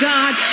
God